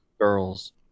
girls